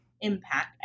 impact